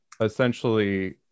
essentially